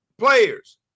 players